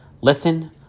listen